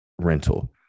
rental